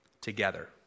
together